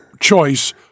choice